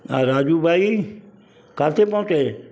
राजू भाई काथे पहुते